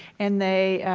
and they,